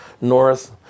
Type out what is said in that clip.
north